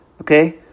Okay